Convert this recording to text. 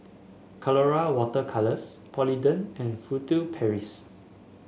Colora Water Colours Polident and Furtere Paris